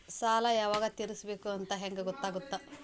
ಸಾಲ ಯಾವಾಗ ತೇರಿಸಬೇಕು ಅಂತ ಹೆಂಗ್ ಗೊತ್ತಾಗುತ್ತಾ?